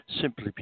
simply